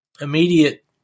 immediate